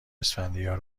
اسفندیار